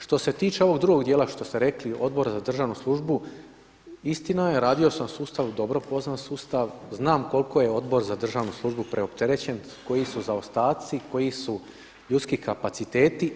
Što se tiče ovog drugog dijela što ste rekli Odbora za državnu službu, istina je, radio sam u sustavu, dobro poznajem sustav, znam koliko je Odbor za državnu službu preopterećen, koji su zaostaci, koji su ljudski kapaciteti.